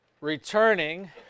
returning